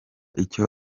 icyo